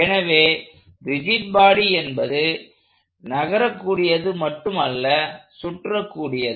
எனவே rigid body என்பது நகர கூடியது அல்லது சுற்றக் கூடியது